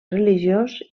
religiós